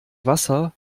wasser